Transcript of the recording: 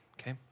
okay